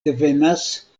devenas